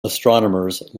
astronomers